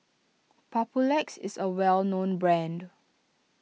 Papulex is a well known brand